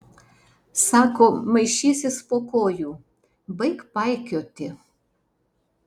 sako maišysis po kojų baik paikioti